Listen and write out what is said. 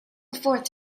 forth